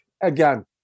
again